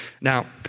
Now